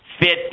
fit